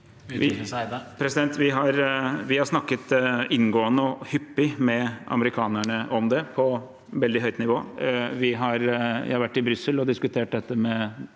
Vi har snakket inngående og hyppig med amerikanerne om det på veldig høyt nivå. Jeg har vært i Brussel og diskutert det med